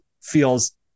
feels